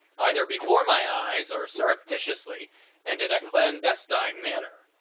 either before my eyes or surreptitiously and in a clandestine manner.